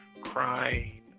crying